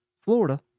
Florida